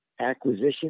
acquisition